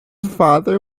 father